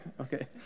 okay